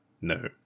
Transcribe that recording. No